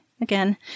again